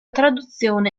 traduzione